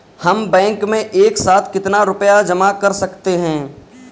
हम बैंक में एक साथ कितना रुपया जमा कर सकते हैं?